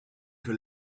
que